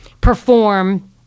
perform